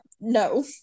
no